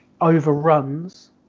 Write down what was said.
overruns